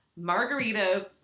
Margaritas